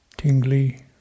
Tingly